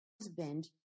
husband